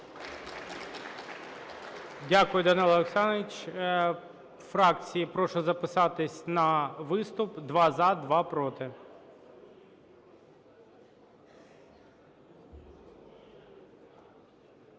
Дякую, Даниле Олександровичу. Фракції прошу записатися на виступ: два – за, два – проти.